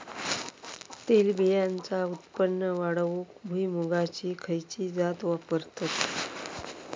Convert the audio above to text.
तेलबियांचा उत्पन्न वाढवूक भुईमूगाची खयची जात वापरतत?